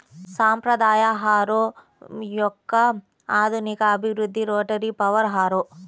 సాంప్రదాయ హారో యొక్క ఆధునిక అభివృద్ధి రోటరీ పవర్ హారో